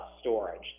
storage